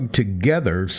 together